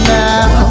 now